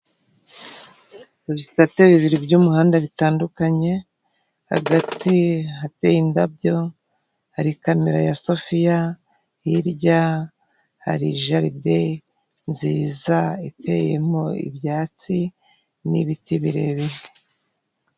Ibisate bibiri by'umuhanda bitandukanye hagati hateye indabyo hari kamera ya sofiya hirya hari jaride nziza iteyemo ibyatsi n'ibiti birebire.